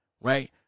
right